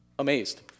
Amazed